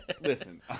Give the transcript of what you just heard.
listen